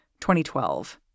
2012